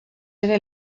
ere